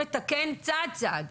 לתקן צעד-צעד.